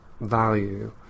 value